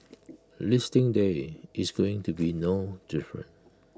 listing day is going to be no different